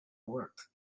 work